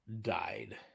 died